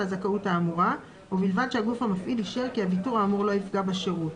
הזכאות האמורה ובלבד שהגוף המפעיל אישר כי הוויתור האמור לא יפגע בשירות,